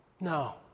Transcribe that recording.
No